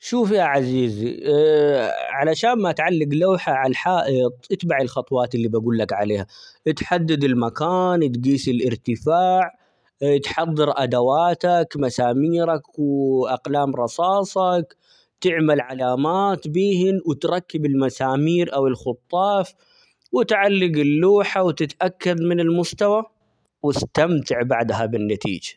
شوف يا عزيزي علشان ما تعلق لوحة عالحائط، اتبع الخطوات اللي بقول لك عليها، اتحدد المكان تقيس الإرتفاع، تحضر أدواتك ، مساميرك ، وأقلام رصاصك ،تعمل علامات بيهن ،وتركب المسامير أو الخطاف، وتعلق اللوحة وتتأكد من المستوى ، واستمتع بعدها بالنتيجة.